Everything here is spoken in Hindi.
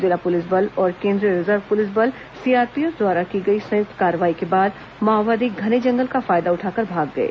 जिला पुलिस बल और केंद्रीय रिजर्व पुलिस बल सीआरपीएफ द्वारा की गई संयुक्त कार्रवाई के बाद माओवादी घने जंगल का फायदा उठाकर भाग गए